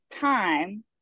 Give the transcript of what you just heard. time